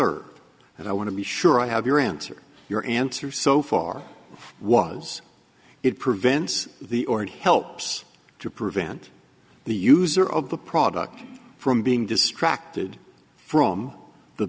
and i want to be sure i have your answer your answer so far was it prevents the or it helps to prevent the user of the product from being distracted from the